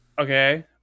Okay